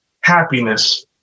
happiness